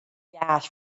gas